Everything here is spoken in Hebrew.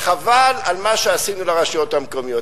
חבל על מה שעשינו לרשויות המקומיות.